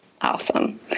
Awesome